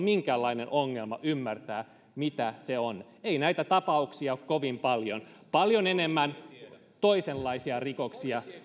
minkäänlainen ongelma ymmärtää mitä se on ei näitä tapauksia ole kovin paljon paljon enemmän on toisenlaisia rikoksia